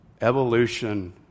Evolution